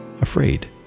afraid